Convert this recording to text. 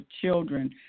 children